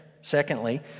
Secondly